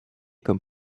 comme